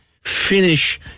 finish